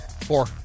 Four